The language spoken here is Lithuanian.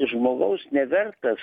žmogaus nevertas